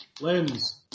Lens